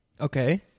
Okay